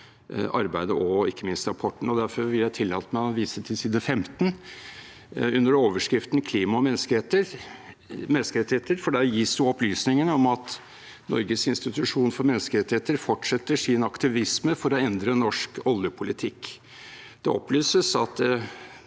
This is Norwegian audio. arbeidet og ikke minst rapporten. Derfor vil jeg tillate meg å vise til side 15. Under overskriften «Klima og menneskerettigheter» gis det opplysninger om at Norges institusjon for menneskerettigheter fortsetter sin aktivisme for å endre norsk oljepolitikk. Det opplyses at